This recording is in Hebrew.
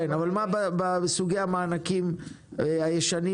אבל מה בסוגי המענקים הישנים?